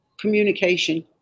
communication